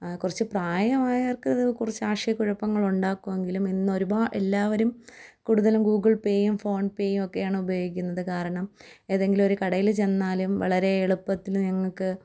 കുറച്ച് പ്രായമായവർക്ക് അത് കുറച്ച് ആശയകുഴപ്പങ്ങൾ ഉണ്ടാക്കുമെങ്കിലും ഇന്ന് ഒരുപാട് എല്ലാവരും കൂടുതലും ഗൂഗിൾ പേയും ഫോൺപേയും ഒക്കെയാണ് ഉപയോഗിക്കുന്നത് കാരണം ഏതെങ്കിലും ഒരു കടയിൽ ചെന്നാലും വളരെ എളുപ്പത്തിൽ നിങ്ങൾക്ക്